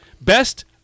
best